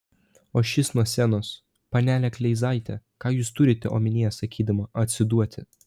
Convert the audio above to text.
o šis nuo scenos panele kleizaite ką jūs turite omenyje sakydama atsiduoti